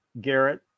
Garrett